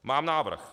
Mám návrh.